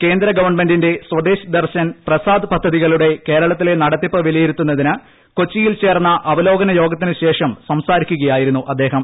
കേന്ദ്ര ഗവൺമെന്റിന്റെ സ്വദേശ് ദർശൻ പ്രസാദ് പദ്ധതികളുടെ കേരളത്തിലെ നടത്തിപ്പ് വിലയിരുത്തുന്നതിന് കൊച്ചിയിൽ ചേർന്ന അവലോകന യോഗത്തിന് ശേഷം സംസാരിക്കുകയായിരുന്നു അദ്ദേഹം